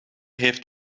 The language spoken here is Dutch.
heeft